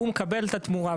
הוא מקבל את התמורה,